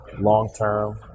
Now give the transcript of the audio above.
long-term